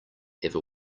ever